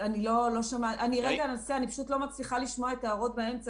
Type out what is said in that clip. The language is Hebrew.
והם נהנים מאותן הקלות שהחוק מאפשר בהקשר